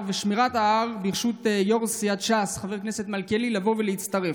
ושמירת ההר בראשות יו"ר סיעת ש"ס חבר הכנסת מלכיאלי לבוא ולהצטרף.